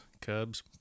Cubs